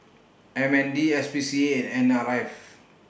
M N D S P C A and N R F